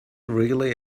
really